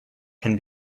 can